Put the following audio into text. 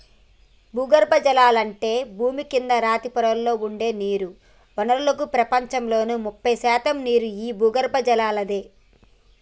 భూగర్బజలాలు అంటే భూమి కింద రాతి పొరలలో ఉండే నీటి వనరులు ప్రపంచంలో ముప్పై శాతం నీరు ఈ భూగర్బజలలాదే